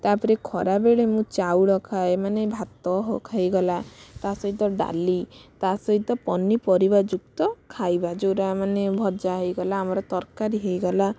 ତା'ପରେ ଖରା ବେଳେ ମୁଁ ଚାଉଳ ଖାଏ ମାନେ ଭାତ ହ ହେଇଗଲା ତା ସହିତ ଡାଲି ତା' ସହିତ ପନିପରିବା ଯୁକ୍ତ ଖାଇବା ଯେଉଁଗୁଡ଼ା ମାନେ ଭଜା ହେଇଗଲା ଆମର ତରକାରି ହେଇଗଲା